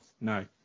no